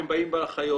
הם באים לאחיות,